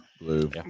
blue